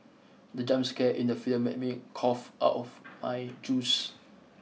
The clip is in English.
the jump scare in the film made me cough out of my juice